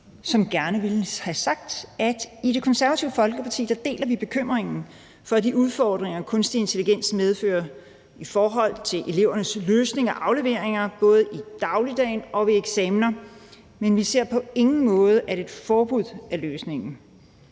som gerne ville have sagt, at i Det Konservative Folkeparti deler vi bekymringen for de udfordringer, kunstig intelligens medfører i forhold til elevernes løsning af afleveringer både i dagligdagen og ved eksamener, men vi ser på ingen måde, at et forbud er løsningen.